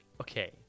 Okay